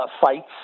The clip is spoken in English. Fights